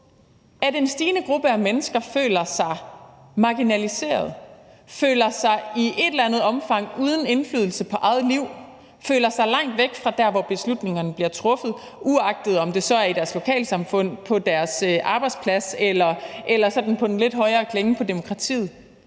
at en stigende gruppe af mennesker føler sig marginaliseret og i et eller andet omfang føler sig uden indflydelse på eget liv og føler sig langt væk fra der, hvor beslutningerne bliver truffet, uagtet om det så er i deres lokalsamfund, på deres arbejdsplads eller på den lidt højere klinge med demokratiet.